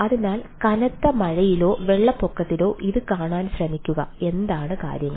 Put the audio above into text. അതിനാൽ കനത്ത മഴയിലോ വെള്ളപ്പൊക്കത്തിലോ അത് കാണാൻ ശ്രമിക്കുക എന്താണ് കാര്യങ്ങൾ